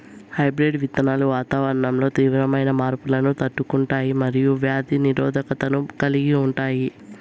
hybrid విత్తనాలు వాతావరణంలో తీవ్రమైన మార్పులను తట్టుకుంటాయి మరియు వ్యాధి నిరోధకతను కలిగి ఉంటాయి